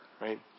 right